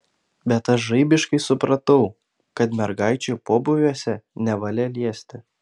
bet aš žaibiškai supratau kad mergaičių pobūviuose nevalia liesti